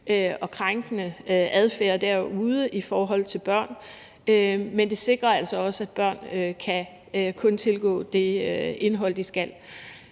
og krænkende adfærd derude i forhold til børn. Men det sikrer altså også, at børn kun kan tilgå det indhold, de skal.